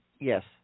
yes